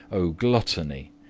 o gluttony,